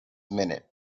minute